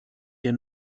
dir